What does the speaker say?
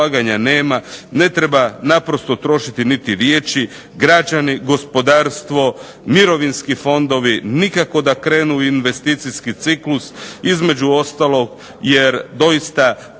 nema, ne treba naprosto trošiti niti riječi, građani, gospodarstvo, mirovinski fondovi, nikako da krenu u investicijski ciklus između ostalog jer doista